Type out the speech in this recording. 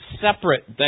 separate